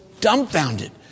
dumbfounded